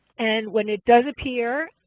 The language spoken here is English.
and when it does appear,